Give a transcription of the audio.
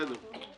בסדר.